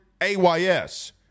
AYS